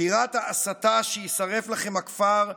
שירת ההסתה, "שיישרף לכם הכפר",